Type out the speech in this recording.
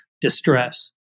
distress